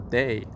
day